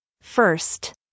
First